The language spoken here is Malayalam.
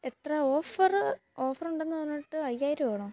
എത്ര ഓഫര് ഓഫറുണ്ടെന്ന് പറഞ്ഞിട്ട് അയ്യായിരം ആണോ